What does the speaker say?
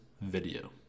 video